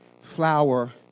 flower